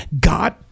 God